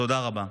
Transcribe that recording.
תודה רבה.